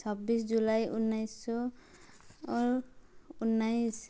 छब्बिस जुलाई उन्नाइस सौ और उन्नाइस